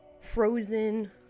frozen